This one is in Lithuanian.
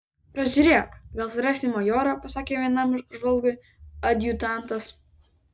pažiūrėk gal surasi majorą pasakė vienam žvalgui adjutantas